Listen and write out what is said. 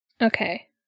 Okay